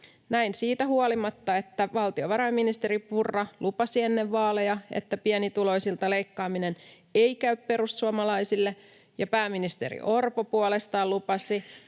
näin siitä huolimatta, että valtiovarainministeri Purra lupasi ennen vaaleja, että pienituloisilta leikkaaminen ei käy perussuomalaisille, ja pääministeri Orpo puolestaan lupasi,